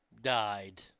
died